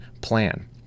plan